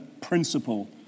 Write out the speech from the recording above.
principle